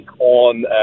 on